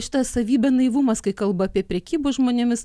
šitą savybę naivumas kai kalba apie prekybos žmonėmis